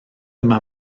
yma